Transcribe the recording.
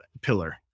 pillar